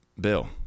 Bill